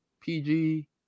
PG